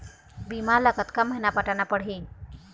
बीमा ला कतका महीना पटाना पड़ही?